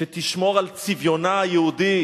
שתשמור על צביונה היהודי